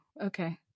Okay